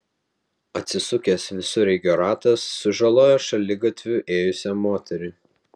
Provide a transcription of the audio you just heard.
atsisukęs visureigio ratas sužalojo šaligatviu ėjusią moterį